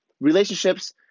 Relationships